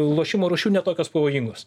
lošimo rūšių ne tokios pavojingos